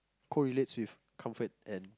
correlates with comfort and